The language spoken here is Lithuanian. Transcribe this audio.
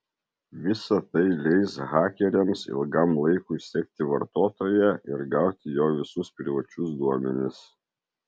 visa tai leis hakeriams ilgam laikui sekti vartotoją ir gauti jo visus privačius duomenis